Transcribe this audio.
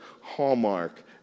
hallmark